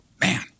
man